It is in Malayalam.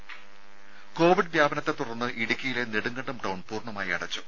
രുമ കോവിഡ് വ്യാപനത്തെത്തുടർന്ന് ഇടുക്കിയിലെ നെടുങ്കണ്ടം ടൌൺ പൂർണ്ണമായി അടച്ചു